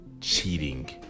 cheating